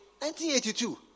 1982